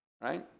right